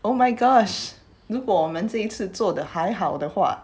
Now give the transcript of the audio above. oh my gosh 如果这次做的还好的话